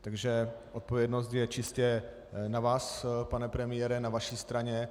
Takže odpovědnost je čistě na vás, pane premiére, na vaší straně.